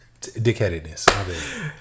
Dickheadedness